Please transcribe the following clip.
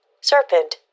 serpent